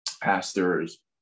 pastor's